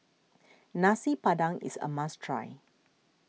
Nasi Padang is a must try